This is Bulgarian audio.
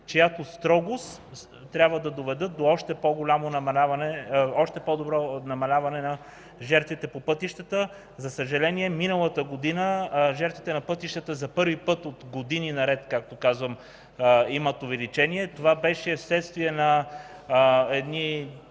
чиято строгост трябва да доведе до още по-голямо намаляване на жертвите по пътищата. За съжаление, миналата година жертвите на пътищата за първи път от години наред, както казвам, имат увеличение. Това беше вследствие на едни